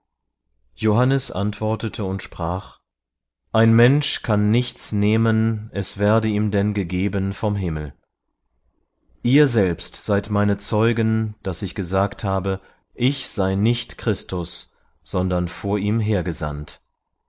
johannes antwortete und sprach ein mensch kann nichts nehmen es werde ihm denn gegeben vom himmel ihr selbst seid meine zeugen daß ich gesagt habe ich sei nicht christus sondern vor ihm her